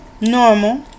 Normal